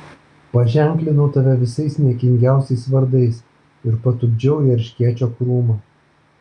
paženklinau tave visais niekingiausiais vardais ir patupdžiau į erškėčio krūmą